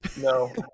No